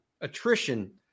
attrition